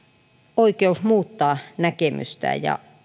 oikeus muuttaa näkemystään